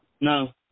no